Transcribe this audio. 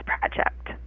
project